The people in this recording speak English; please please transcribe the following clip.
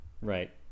Right